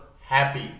happy